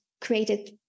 created